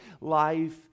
life